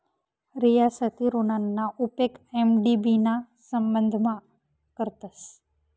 रियासती ऋणना उपेग एम.डी.बी ना संबंधमा करतस